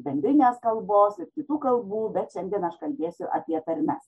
bendrinės kalbos ir kitų kalbų bet šiandien aš kalbėsiu apie tarmes